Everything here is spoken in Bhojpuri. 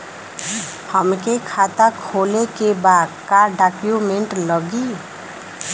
हमके खाता खोले के बा का डॉक्यूमेंट लगी?